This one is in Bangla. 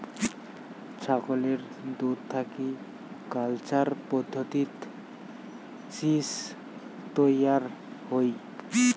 ছাগলের দুধ থাকি কালচার পদ্ধতিত চীজ তৈয়ার হই